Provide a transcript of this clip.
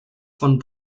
von